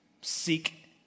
seek